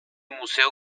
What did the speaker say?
museo